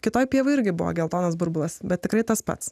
kitoje pieva irgi buvo geltonas burbulas bet tikrai tas pats